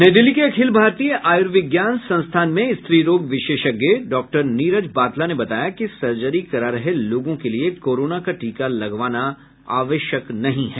नई दिल्ली के अखिल भारतीय आर्युविज्ञान संस्थान में स्त्री रोग विशेषज्ञ डॉक्टर नीरज बाथला ने बताया कि सर्जरी करा रहे लोगों के लिए कोरोना का टीका लगवाना आवश्यक नहीं है